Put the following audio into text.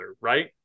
right